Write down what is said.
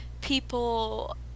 people